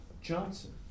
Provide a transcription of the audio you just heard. Johnson